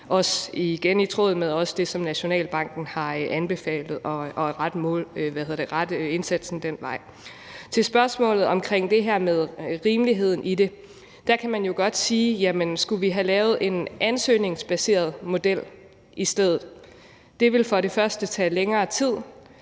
også er i tråd med det, som Nationalbanken har anbefalet at rette indsatsen imod. Med hensyn til spørgsmålet om det med rimeligheden i det kan man jo godt spørge, om vi i stedet skulle have lavet en ansøgningsbaseret model. Men det vil tage længere tid.